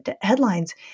headlines